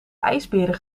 ijsberen